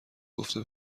گفته